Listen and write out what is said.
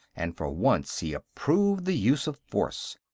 and for once he approved the use of force.